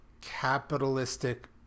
capitalistic